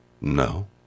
No